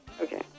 Okay